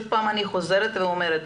אני חוזרת ואומרת,